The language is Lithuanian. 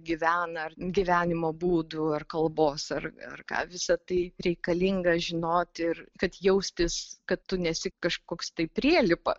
gyvena ar gyvenimo būdų ar kalbos ar ar ką visa tai reikalinga žinot ir kad jaustis kad tu nesi kažkoks tai prielipa